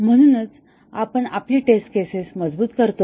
म्हणून आपण आपली टेस्ट केसेस मजबूत करतो